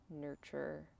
nurture